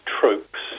tropes